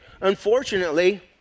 Unfortunately